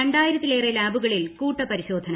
രണ്ടായിരത്തിലേറെ ലാബുകളിൽ കൂട്ടപരിശോധന